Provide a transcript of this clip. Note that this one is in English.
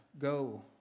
go